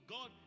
God